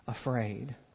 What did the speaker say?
afraid